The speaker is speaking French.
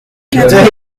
quatre